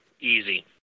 Easy